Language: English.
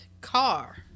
Car